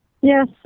Yes